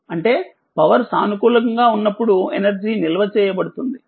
అంటే పవర్ సానుకూలంగా ఉన్నప్పుడు ఎనర్జీ నిల్వ చేయబడుతుంది